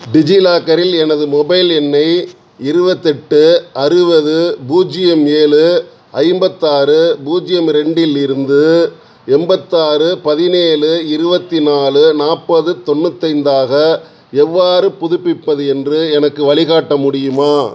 டிஜிலாக்கரில் எனது மொபைல் எண்ணை இருபத்து எட்டு அறுபது பூஜ்ஜியம் ஏழு ஐம்பத்தாறு பூஜ்ஜியம் ரெண்டில் இருந்து எண்பத்தாறு பதினேழு இருபத்தி நாலு நாற்பது தொண்ணூற்று ஐந்தாக எவ்வாறு புதுப்பிப்பது என்று எனக்கு வழி காட்ட முடியுமா